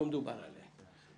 לא מדובר עליהם.